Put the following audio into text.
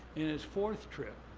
in his fourth trip,